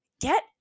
get